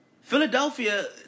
Philadelphia